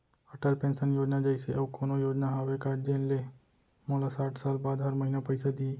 Atal pension योजना जइसे अऊ कोनो योजना हावे का जेन ले मोला साठ साल बाद हर महीना पइसा दिही?